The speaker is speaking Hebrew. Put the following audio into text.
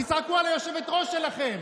תצעקו על היושבת-ראש שלכם.